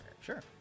Sure